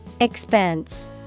Expense